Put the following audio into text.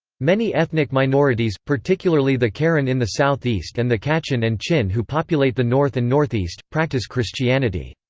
many ethnic minorities, particularly the karen in the southeast and the kachin and chin who populate the north and northeast, practice christianity.